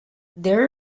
there